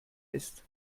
ist